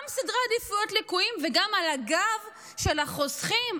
גם סדרי עדיפויות לקויים וגם על הגב של החוסכים.